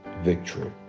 victory